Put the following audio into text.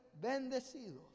bendecidos